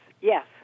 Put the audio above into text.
yes